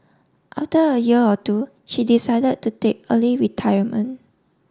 after a year or two she decided to take early retirement